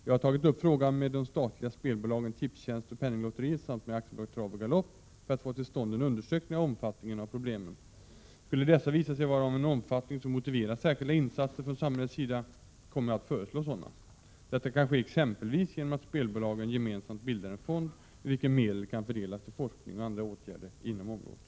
Jag har tagit upp frågan med de statliga spelbolagen Tipstjänst och Penninglotteriet samt med AB Trav och Galopp för att få till stånd en undersökning av omfattningen av problemen. Skulle dessa visa sig vara av en omfattning som motiverar särskilda insatser från samhällets sida kommer jag att föreslå sådana. Detta kan ske exempelvis genom att spelbolagen gemensamt bildar en fond ur vilken medel kan fördelas till forskning och andra åtgärder inom området.